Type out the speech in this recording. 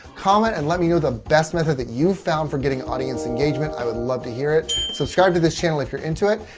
comment and let me know the best method that you found for getting audience engagement. i would love to hear it. subscribe to this channel if you're into it,